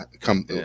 come